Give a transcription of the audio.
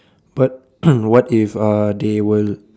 but what if uh they will